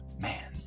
Man